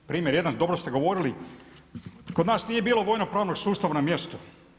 Primjer jedan: dobro ste govorili, kod nas nije bilo vojnog pravnog sustava na mjestu.